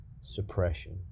suppression